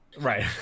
Right